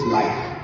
life